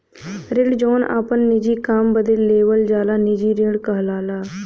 ऋण जौन आपन निजी काम बदे लेवल जाला निजी ऋण कहलाला